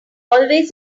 always